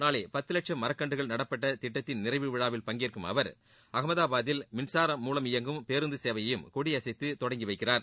நாளை பத்து வட்சம் மரக்கன்றுகள் நடப்பட்ட திட்டத்தின் நிறைவு விழாவில் பங்கேற்கும் அவர் அகமதாபாத்தில் மின்சாரம் மூலம் இயங்கும் பேருந்து சேவையையும் கொடியசைத்து தொடங்கி வைக்கிறார்